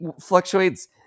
fluctuates